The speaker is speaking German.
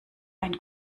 ein